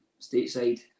stateside